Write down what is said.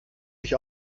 mich